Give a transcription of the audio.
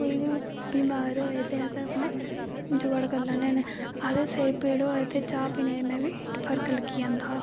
कोई बी बमार होए ते अस अपना जुगाड़ करी लैन्ने होन्ने आखदे सिर पीड़ होऐ ते च्हा पीने कन्नै बी फर्क लग्गी जंदा